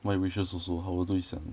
my wishes also 好的对象 uh